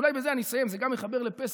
אולי בזה אני אסיים, זה גם יחבר לפסח.